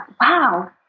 wow